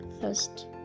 first